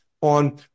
on